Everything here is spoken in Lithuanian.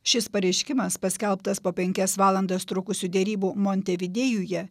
šis pareiškimas paskelbtas po penkias valandas trukusių derybų montevidėjuje